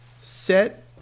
set